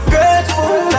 Grateful